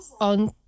on